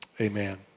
amen